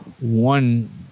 One